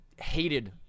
Hated